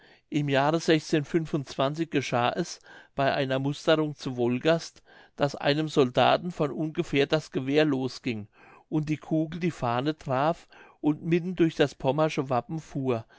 im jahre geschah es bei einer musterung zu wolgast daß einem soldaten von ungefähr das gewehr losging und die kugel die fahne traf und mitten durch das pommersche wappen fuhr